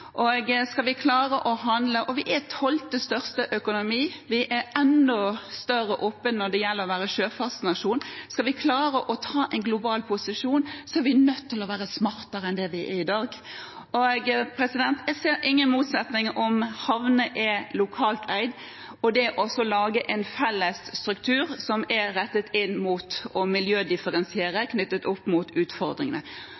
internasjonale. Skal vi klare å handle – vi er tolvte største økonomi, og vi er enda større som sjøfartsnasjon – og skal vi klare å ta en global posisjon, er vi nødt til å være smartere enn vi er i dag. Jeg ser ingen motsetning mellom det at havner er lokalt eid og det å lage en felles struktur rettet mot miljødifferensiering knyttet til utfordringene. I den situasjonen vi i dag står i, er faktisk næringen mer frampå enn vi som